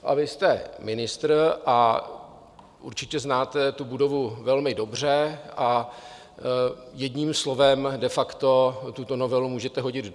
Vy jste ministr, určitě znáte tu budovu velmi dobře a jedním slovem de facto tuto novelu můžete hodit...